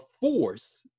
force